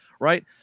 right